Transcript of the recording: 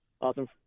Awesome